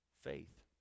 faith